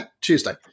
Tuesday